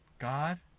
God